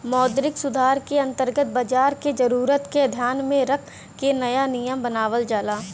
मौद्रिक सुधार के अंतर्गत बाजार क जरूरत क ध्यान में रख के नया नियम बनावल जाला